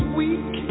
weak